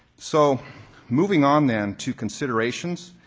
so moving on then to considerations,